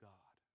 God